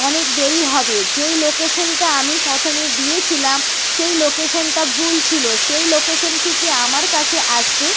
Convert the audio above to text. অনেক দেরি হবে যেই লোকেশনটা আমি প্রথমে দিয়েছিলাম সেই লোকেশনটা ভুল ছিল সেই লোকেশন থেকে আমার কাছে আসতে